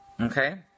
Okay